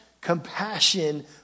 compassion